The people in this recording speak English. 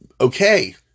Okay